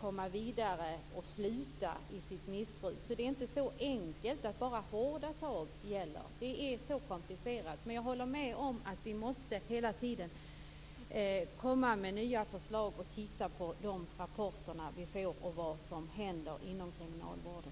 komma vidare och avsluta ett missbruk. Det är inte så enkelt att bara hårda tag gäller. Det är så komplicerat. Men jag håller med om att vi hela tiden måste komma med nya förslag och titta på de rapporter som skrivs om vad som händer inom kriminalvården.